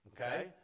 Okay